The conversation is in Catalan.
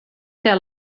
que